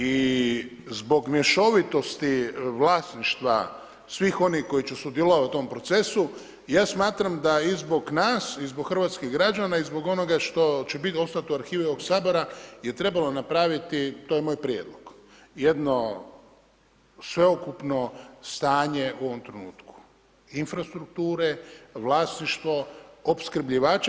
I zbog mješovitosti vlasništva svih onih koji će sudjelovati u tom procesu ja smatram da i zbog nas i zbog hrvatskih građana i zbog onoga što će biti, ostati u arhivi ovog Sabora je trebalo napraviti to je moj prijedlog jedno sveukupno stanje u ovom trenutku infrastrukture, vlasništvo, opskrbljivači.